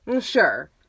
Sure